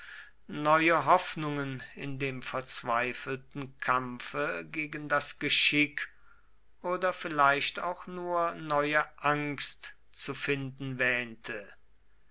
neue hoffnungen in dem verzweifelten kampfe gegen das geschick oder vielleicht auch nur neue angst zu finden wähnte